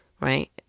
right